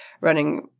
running